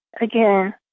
Again